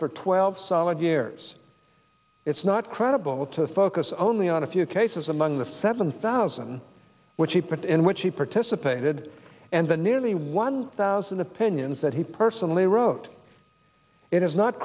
for twelve solid years it's not credible to focus only on a few cases among the seven thousand which he put in which he participated and the nearly one thousand opinions that he personally wrote it is not